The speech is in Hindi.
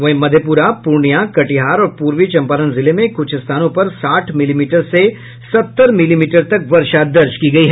वहीं मधेपुरा पूर्णियां कटिहार और पूर्वी चम्पारण जिले में कुछ स्थानों पर साठ मिलीमीटर से सत्तर मिलीमीटर तक वर्षा दर्ज की गयी